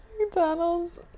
McDonald's